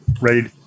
ready